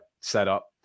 setup